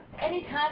anytime